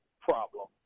problem